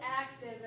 active